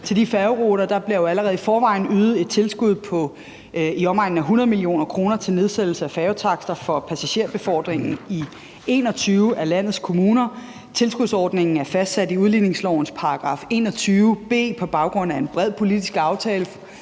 Til de færgeruter bliver der jo allerede i forvejen ydet et tilskud på i omegnen af 100 mio. kr. til nedsættelse af færgetakster for passagerbefordringen i 21 af landets kommuner. Tilskudsordningen er fastsat i udligningslovens § 21 b på baggrund af en bred politisk aftale